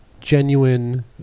genuine